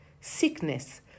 sickness